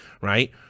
right